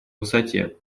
высоте